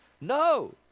No